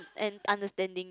and understanding